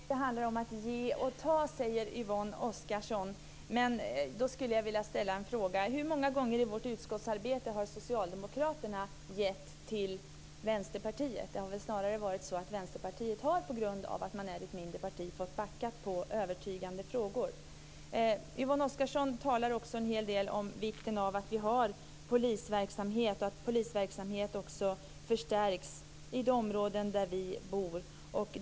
Fru talman! Samarbete handlar om att ge och ta, säger Yvonne Oscarsson. Men då skulle jag vilja ställa en fråga. Hur många gånger i vårt utskottsarbete har Socialdemokraterna gett något till Vänsterpartiet? Det har väl snarare varit så att Vänsterpartiet på grund av att det är ett mindre parti har fått backa i viktiga frågor. Yvonne Oscarsson talade också en hel del om vikten av att vi har polisverksamhet och att polisverksamheten också förstärks i områden där vi bor.